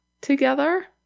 together